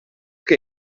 che